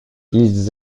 ils